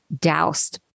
doused